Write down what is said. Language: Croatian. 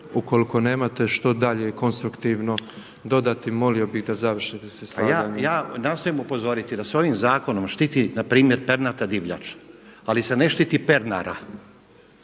ukoliko nemate što dalje konstruktivno dodati molio bih da završite sa izlaganjem./… Pa ja nastojim upozoriti da se ovim zakonom štiti na primjer pernata divljač. Ali se ne štiti Pernara.